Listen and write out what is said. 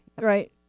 Right